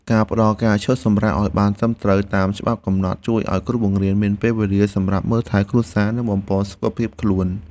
ការផ្តល់ការឈប់សម្រាកឱ្យបានត្រឹមត្រូវតាមច្បាប់កំណត់ជួយឱ្យគ្រូបង្រៀនមានពេលវេលាសម្រាប់មើលថែគ្រួសារនិងបំប៉នសុខភាពខ្លួន។